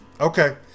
Okay